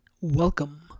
Welcome